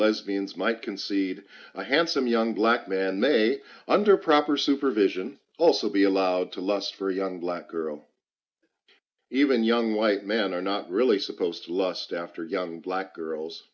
lesbians might concede a handsome young black man may under proper supervision also be allowed to lust for a young black girl even young white men are not really supposed to lust after young black girls